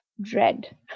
dread